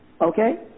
Okay